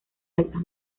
altas